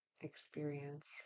experience